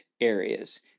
areas